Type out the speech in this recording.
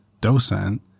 docent